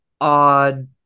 odd